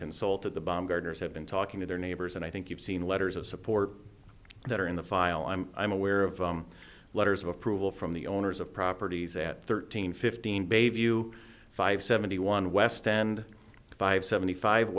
consulted the baumgardner as have been talking to their neighbors and i think you've seen letters of support that are in the file i'm i'm aware of letters of approval from the owners of properties at thirteen fifteen bayview five seventy one west and five seventy five